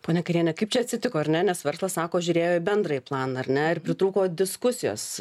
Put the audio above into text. ponia kairiene kaip čia atsitiko ar ne nes verslas sako žiūrėjo į bendrąjį planą ar ne ir pritrūko diskusijos